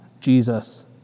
Jesus